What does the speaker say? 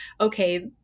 okay